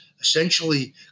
essentially